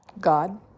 God